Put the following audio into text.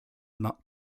not